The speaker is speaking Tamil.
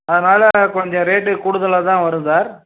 அதனால் கொஞ்சம் ரேட்டு கூடுதலாக தான் வரும் சார்